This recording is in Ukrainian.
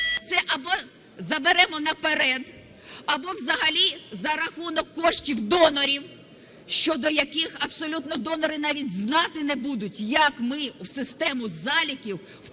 Це або заберемо наперед, або взагалі за рахунок коштів донорів, щодо яких абсолютно донори навіть знати не будуть, як ми в систему заліків вплітаємо